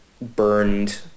burned